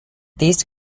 these